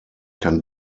kann